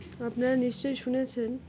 আপনারা নিশ্চয়ই শুনেছেন